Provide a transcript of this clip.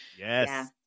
Yes